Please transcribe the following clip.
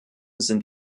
sind